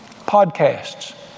podcasts